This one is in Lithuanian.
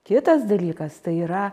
kitas dalykas tai yra